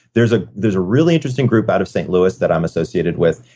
there's ah there's a really interesting group out of st. louis that i'm associated with,